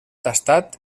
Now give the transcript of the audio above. tastat